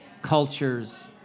cultures